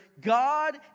God